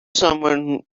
someone